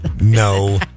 No